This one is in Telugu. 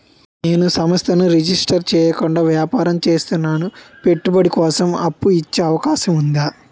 నేను సంస్థను రిజిస్టర్ చేయకుండా వ్యాపారం చేస్తున్నాను పెట్టుబడి కోసం అప్పు ఇచ్చే అవకాశం ఉందా?